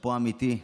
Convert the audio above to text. שאפו אמיתי.